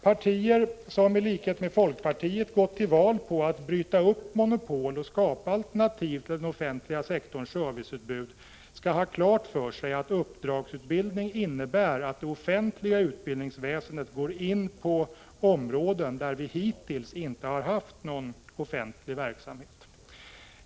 Partier som i likhet med folkpartiet gått till val med löften om att bryta upp monopol och skapa alternativ till den offentliga sektorns serviceutbud skall ha klart för sig att uppdragsutbildning innebär att det offentliga utbildningsväsendet går in på områden där vi hittills inte har haft någon offentlig verksamhet.